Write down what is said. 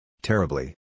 Terribly